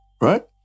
right